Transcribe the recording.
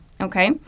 Okay